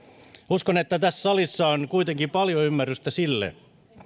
uskon että tässä salissa on kuitenkin paljon ymmärrystä sille